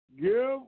Give